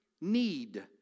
need